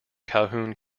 calhoun